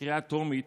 בקריאה טרומית